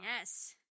Yes